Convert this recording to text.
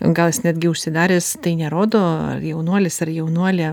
gal jis netgi užsidaręs tai nerodo ar jaunuolis ar jaunuolė